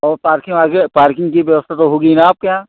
और पार्किंग वार्के पार्किंग की व्यवस्था तो होगी ही ना आपके यहाँ